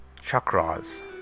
Chakras